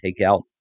takeout